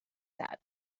that